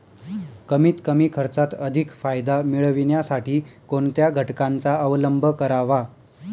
कमीत कमी खर्चात अधिक फायदा मिळविण्यासाठी कोणत्या घटकांचा अवलंब करावा?